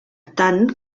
tant